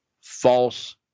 False